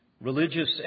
religious